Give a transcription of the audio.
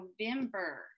November